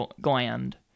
gland